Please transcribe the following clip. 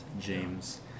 James